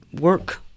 work